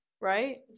Right